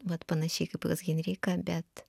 vat panašiai kaip pas henriką bet